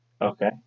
Okay